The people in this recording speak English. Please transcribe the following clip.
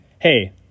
hey